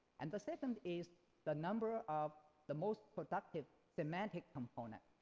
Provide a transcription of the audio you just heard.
and the second is the number of the most productive semantic components,